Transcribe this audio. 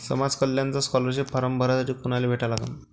समाज कल्याणचा scholarship form भरासाठी कुनाले भेटा लागन?